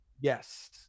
Yes